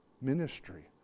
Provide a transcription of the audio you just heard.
ministry